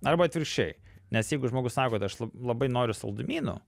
arba atvirkščiai nes jeigu žmogus sako aš labai noriu saldumynų